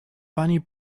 bunny